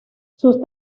sus